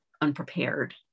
unprepared